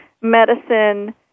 medicine